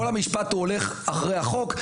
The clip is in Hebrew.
כל המשפט הוא הולך אחרי החוק,